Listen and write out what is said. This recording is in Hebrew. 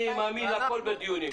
אני מאמין לכול בדיונים.